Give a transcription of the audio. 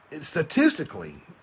statistically